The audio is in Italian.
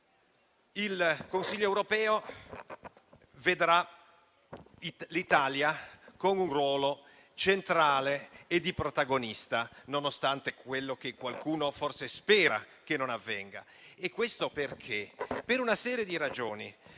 Il Consiglio europeo vedrà l'Italia con un ruolo centrale e da protagonista, nonostante qualcuno forse speri che ciò non avvenga. Questo per una serie di ragioni: